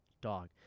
dog